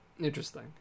Interesting